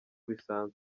bisanzwe